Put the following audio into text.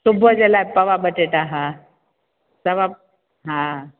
सुबुह जे लाइ तव्हां बटेटा हा तव्हां हा